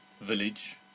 village